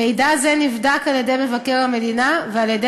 מידע זה נבדק על-ידי מבקר המדינה ועל-ידי